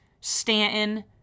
Stanton